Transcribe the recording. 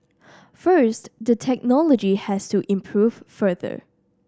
first the technology has to improve further